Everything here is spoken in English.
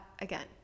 again